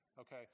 okay